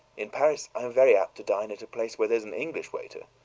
in paris i'm very apt to dine at a place where there's an english waiter.